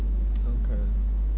okay